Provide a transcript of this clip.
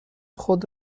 خود